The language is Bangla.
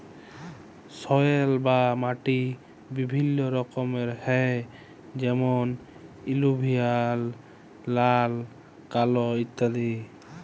সয়েল বা মাটি বিভিল্য রকমের হ্যয় যেমন এলুভিয়াল, লাল, কাল ইত্যাদি